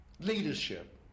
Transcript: leadership